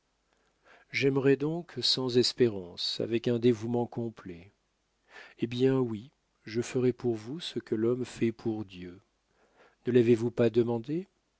j'aimerai donc sans espérance avec un dévouement complet hé bien oui je ferai pour vous ce que l'homme fait pour dieu ne l'avez-vous pas demandé